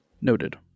Noted